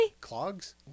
Clogs